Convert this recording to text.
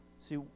See